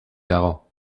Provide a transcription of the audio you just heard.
dago